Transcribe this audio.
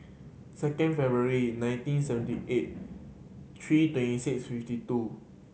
second February nineteen seventy eight three twenty six fifty two